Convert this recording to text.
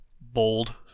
bold